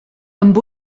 amb